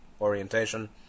orientation